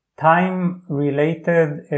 time-related